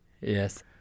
yes